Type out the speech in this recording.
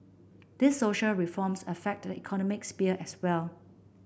these social reforms affect the economic sphere as well